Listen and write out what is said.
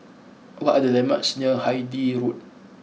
what are the landmarks near Hythe Road